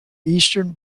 eastern